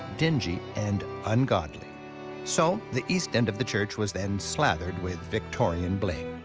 dingy, and ungodly so the east end of the church was then slathered with victorian bling.